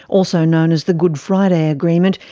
also known as the good friday agreement,